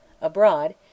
Abroad